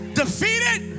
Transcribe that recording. defeated